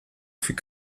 fut